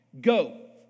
Go